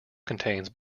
contains